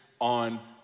on